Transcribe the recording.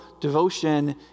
devotion